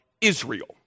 Israel